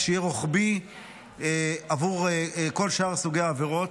שיהיה רוחבי עבור כל שאר סוגי העבירות.